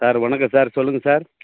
sir வணக்கம் sir சொல்லுங்கள் sir